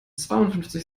zweiundfünfzig